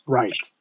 right